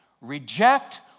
reject